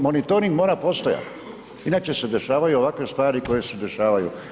Monitoring mora postojati inače se dešavaju ovakve stvari koje se dešavaju.